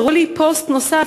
הראו לי פוסט נוסף.